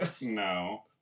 No